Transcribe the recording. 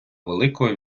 великої